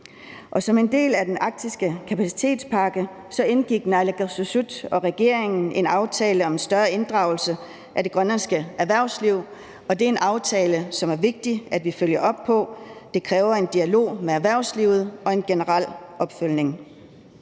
som en del af den arktiske kapacitetspakke indgik naalakkersuisut og regeringen en aftale om større inddragelse af det grønlandske erhvervsliv, og det er en aftale, som det er vigtigt vi følger op på. Det kræver en dialog med erhvervslivet og en generel opfølgning.